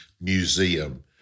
museum